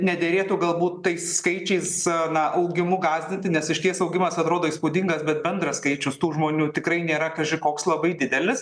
nederėtų galbūt tais skaičiais na augimu gąsdinti nes išties augimas atrodo įspūdingas bet bendras skaičius tų žmonių tikrai nėra kaži koks labai didelis